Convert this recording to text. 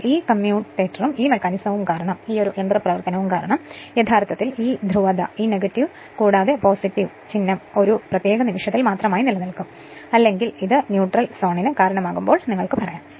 എന്നാൽ ഈ കമ്മ്യൂട്ടറും ഈ മെക്കാനിസവും കാരണം യഥാർത്ഥത്തിൽ ഈ ധ്രുവത ഈ കൂടാതെ ചിഹ്നം ഒരു പ്രത്യേക നിമിഷത്തിൽ മാത്രമായി നിലനിൽക്കും അല്ലെങ്കിൽ അത് ന്യൂട്രൽ സോണിന് കാരണമാകുമ്പോൾ നിങ്ങൾക്ക് പറയാം